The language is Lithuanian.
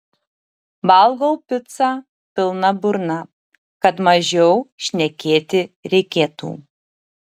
valgau picą pilna burna kad mažiau šnekėti reikėtų